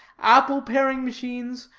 apple-paring machines,